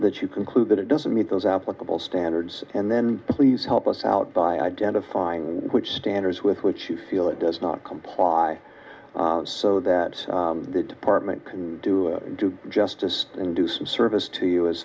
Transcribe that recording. that you conclude that it doesn't meet those applicable standards and then please help us out by identifying which standards with which you feel it does not comply so that the department can do justice and do some service to you as